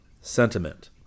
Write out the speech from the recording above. Sentiment